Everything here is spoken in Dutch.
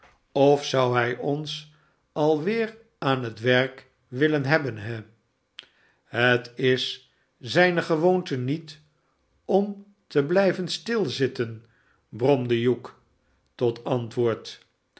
of zou hij ons alweer aan het werk willen hebben he het is zijne gewoonte niet om te blijven stilzitten bromde hugh tot antwooril